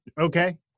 Okay